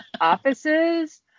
offices